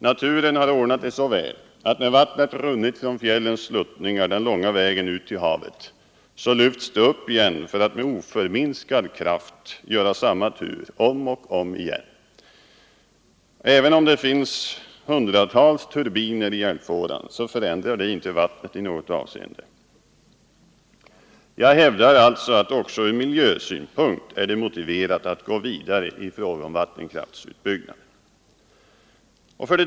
Naturen har ordnat det så väl att när vattnet runnit från fjällens sluttningar den långa vägen ut till havet så lyfts det upp igen för att med oförminskad kraft göra samma tur om och om igen. Även om det finns hundratals turbiner i älvfåran så förändrar det inte vattnet i något avseende. Jag hävdar att också ur miljösynpunkt är det motiverat att gå vidare i fråga om vattenkraftutbyggnad.